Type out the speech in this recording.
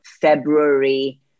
February